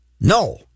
No